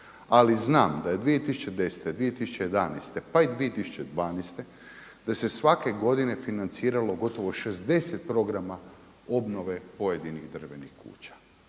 Ali znam da je 2010., 2011., pa i 2012. da se svake godine financiralo gotovo 60 programa obnove pojedinih drvenih kuća.